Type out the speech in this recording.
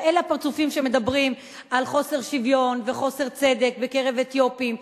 ואלה הפרצופים שמדברים על חוסר שוויון וחוסר צדק בקרב אתיופים,